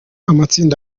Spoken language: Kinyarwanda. amatsinda